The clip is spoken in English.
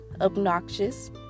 obnoxious